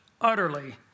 utterly